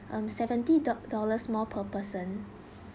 um seventy dol~ dollars more per person